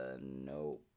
no